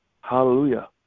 Hallelujah